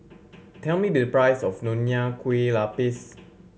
tell me the price of Nonya Kueh Lapis